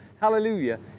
Hallelujah